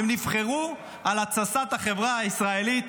הם נבחרו על התססת החברה הישראלית.